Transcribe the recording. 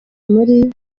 kuri